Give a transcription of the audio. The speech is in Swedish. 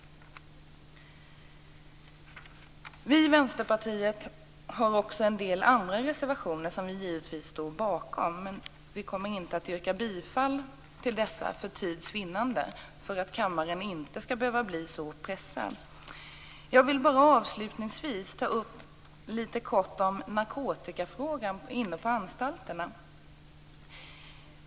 Vi i Vänsterpartiet har också en del andra reservationer som vi givetvis står bakom. Vi kommer dock inte att yrka bifall till dessa för tids vinnande och för att kammaren inte skall behöva bli så pressad. Jag vill bara avslutningsvis litet kort ta upp frågan om narkotika inne på anstalterna.